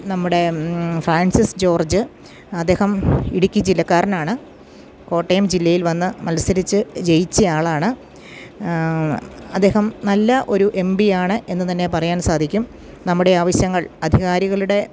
നമ്മുടെ Francis George അദ്ദേഹം ഇടുക്കി ജില്ലക്കാരനാണ് കോട്ടയം ജില്ലയിൽ വന്ന് മത്സരിച്ച് ജയിച്ച ആളാണ് അദ്ദേഹം നല്ല ഒരു എം ബിയാണ് എന്നുതന്നെ പറയാൻ സാധിക്കും നമ്മുടെ ആവശ്യങ്ങൾ അധികാരികളുടെ